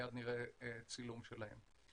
מייד נראה צילום שלהם.